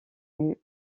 nue